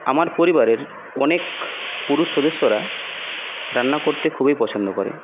আমার পরিবারের অনেক পুরুষ সদস্যরা রান্না করতে খুবই পছন্দ করে